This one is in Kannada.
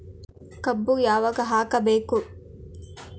ಕಬ್ಬು ಯಾವಾಗ ಹಾಕಬೇಕು?